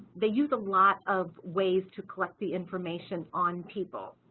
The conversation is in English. they use a lot of ways to collect the information on people.